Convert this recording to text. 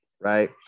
right